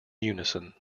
unison